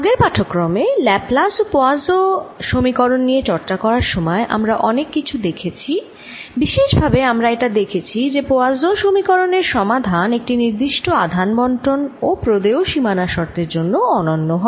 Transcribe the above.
আগের পাঠক্রমে ল্যাপ্লাস ও পোয়াসোঁ সমীকরণ নিয়ে চর্চা করার সময় আমরা অনেক কিছু দেখেছি বিশেষ ভাবে আমরা এটা দেখেছি যে পোয়াসোঁ সমীকরণের সমাধান একটি নির্দিষ্ট আধান বন্টন ও প্রদেয় সীমানা শর্তের জন্য অনন্য হয়